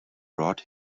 brought